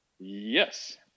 yes